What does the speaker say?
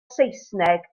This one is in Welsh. saesneg